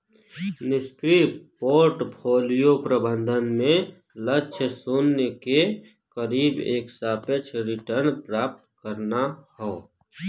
निष्क्रिय पोर्टफोलियो प्रबंधन में लक्ष्य शून्य के करीब एक सापेक्ष रिटर्न प्राप्त करना हौ